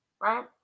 Right